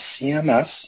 CMS